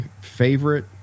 favorite